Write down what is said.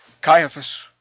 Caiaphas